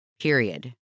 period